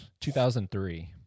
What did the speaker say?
2003